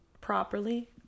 properly